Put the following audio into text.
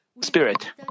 spirit